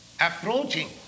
approaching